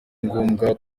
ngombwa